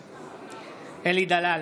נגד אלי דלל,